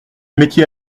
métier